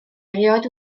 erioed